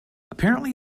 apparently